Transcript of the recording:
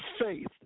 faith